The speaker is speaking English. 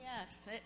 Yes